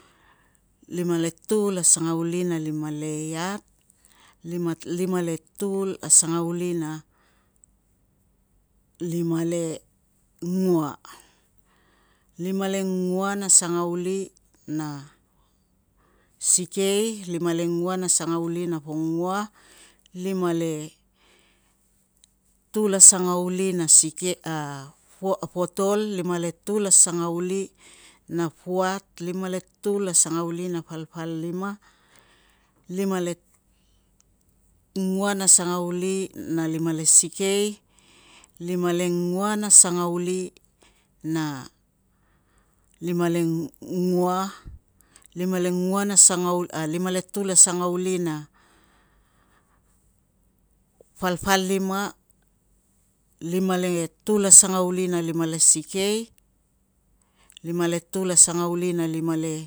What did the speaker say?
Lima letul a sangauli na lima le iat, lima le tul a sangauli na lima lengua, lima lengua na sangauli na sikei, lima lengua na sangauli na pongua, lima letul a sangauli na potol, lima le tul a sangauli na puat, lima letul a sangauli na palpalima, lima lengua na sangauli na lima le sikei, lima lengua na sangauli na lima lengua, lima le tul a sangauli na palpalima, lima le tul a sangauli na lima le sikei, lima letul a sangauli na lima le